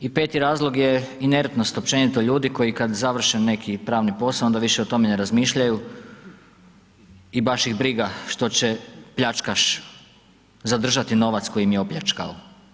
I peti razlog je inertnost općenito ljudi koji kada završe neki pravni posao onda više o tome ne razmišljaju i baš ih briga što će pljačkaš zadržati novac koji im je opljačkao.